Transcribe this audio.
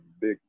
big